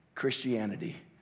Christianity